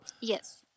yes